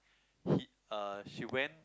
he uh she went